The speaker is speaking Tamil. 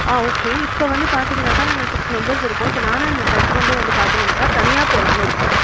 ஆ ஓகே இப்போ வந்து பார்த்திங்கனாக்கா நாங்கள் சிக்ஸ் மெம்பர்ஸ் இருக்கோம் இப்போ நானும் என்னோடய ஹஸ்பண்டும் வந்து பார்த்திங்கனாக்கா தனியாக போலாம்னு இருக்கோம்